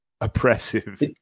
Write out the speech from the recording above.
oppressive